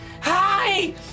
hi